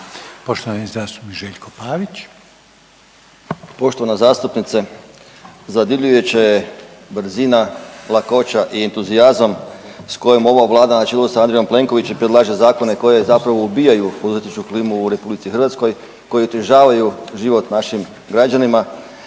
Poštovani zastupnik Željko Pavić.